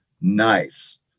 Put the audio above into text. nice